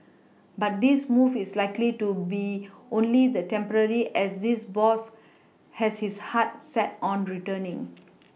but this move is likely to be only the temporary as this boss has his heart set on returning